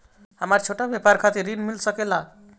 हमरा छोटा व्यापार खातिर ऋण मिल सके ला?